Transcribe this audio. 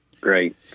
great